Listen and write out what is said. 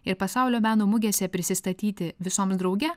ir pasaulio meno mugėse prisistatyti visoms drauge